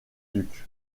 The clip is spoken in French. duc